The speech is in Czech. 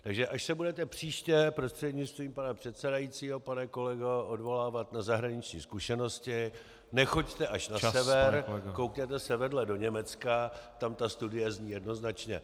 Takže až se budete příště, prostřednictvím pana předsedajícího pane kolego, odvolávat na zahraniční zkušenosti , nechoďte až na sever, koukněte se vedle do Německa, tam ta studie zní jednoznačně.